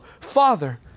Father